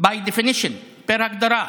by definition, בהגדרה.